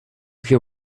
hear